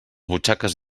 butxaques